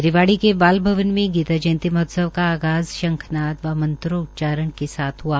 रेवाड़ी में बाल भवन मे गीता जयंती महोत्सव का आगाज़ शंखनाद व मंत्रों उच्चारण के साथ हआ